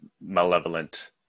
malevolent